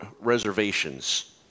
reservations